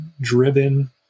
driven